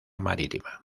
marítima